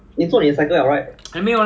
well formation is not formed yet